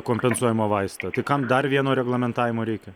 kompensuojamą vaistą tai kam dar vieno reglamentavimo reikia